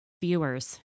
viewers